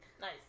Nice